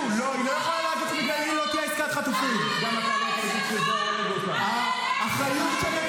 לא תהיה עסקת חטופים בגללך --- בגללי לא